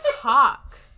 talk